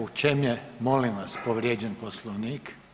U čem je, molim vas, povrijeđen Poslovnik?